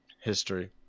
history